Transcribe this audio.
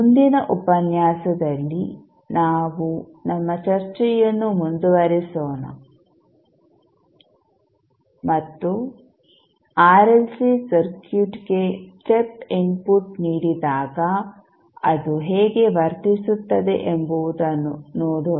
ಮುಂದಿನ ಉಪನ್ಯಾಸದಲ್ಲಿ ನಾವು ನಮ್ಮ ಚರ್ಚೆಯನ್ನು ಮುಂದುವರಿಸೋಣ ಮತ್ತು ಆರ್ಎಲ್ಸಿ ಸರ್ಕ್ಯೂಟ್ಗೆ ಸ್ಟೆಪ್ ಇನ್ಫುಟ್ ನೀಡಿದಾಗ ಅದು ಹೇಗೆ ವರ್ತಿಸುತ್ತದೆ ಎಂಬುದನ್ನು ನೋಡೋಣ